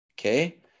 Okay